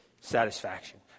satisfaction